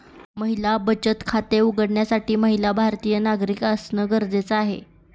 महिला बचत खाते उघडण्यासाठी महिला भारतीय नागरिक असणं गरजेच आहे